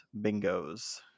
bingos